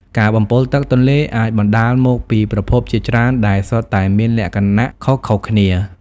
ការបំពុលទឹកទន្លេអាចបណ្តាលមកពីប្រភពជាច្រើនដែលសុទ្ធតែមានលក្ខណៈខុសៗគ្នា។